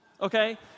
okay